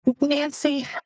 Nancy